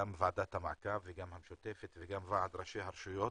גם ועדת המעקב וגם המשותפת וגם ועד ראשי הרשויות,